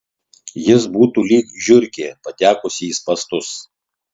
jis būtų lyg žiurkė patekusi į spąstus